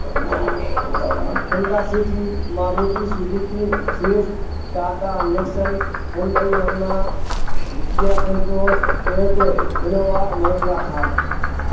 Honda City Maruti Suzuki کی Swift Tata Nexon Hyundai Verna Kia Seltos Toyota Innova Mahindra تھ Thar